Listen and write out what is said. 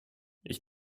ich